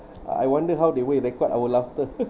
I wonder how they will take out our laughter